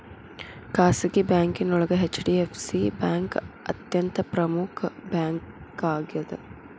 ಖಾಸಗಿ ಬ್ಯಾಂಕೋಳಗ HDFC bank ಅತ್ಯಂತ ಪ್ರಮುಖ್ ಬ್ಯಾಂಕಾಗ್ಯದ